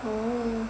oh